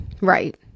Right